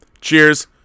Cheers